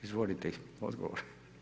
Izvolite odgovor.